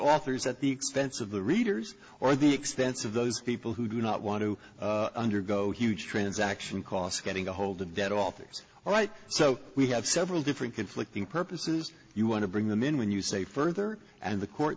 authors at the expense of the readers or the expense of those people who do not want to undergo huge transaction costs getting a hold of that office all right so we have several different conflicting purposes you want to bring them in when you say further and the court